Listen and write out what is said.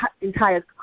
entire